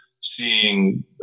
seeing